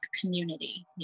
community